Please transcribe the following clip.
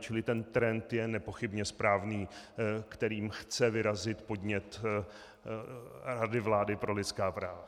Čili ten trend je nepochybně správný, kterým chce vyrazit podnět Rady vlády pro lidská práva.